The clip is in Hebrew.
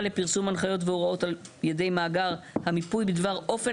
לפרסום הנחיות והוראות על ידי מאגר המיפוי בדבר אופן